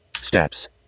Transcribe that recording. Steps